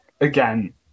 again